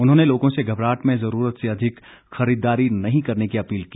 उन्होंने लोगों से घबराहट में जरूरत से अधिक खरीदारी नहीं करने की अपील की